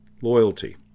Loyalty